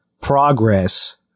progress